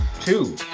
two